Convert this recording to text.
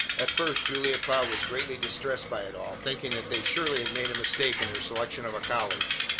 at first julia cloud was greatly distressed by it all, thinking that they surely had made a mistake in their selection of a college,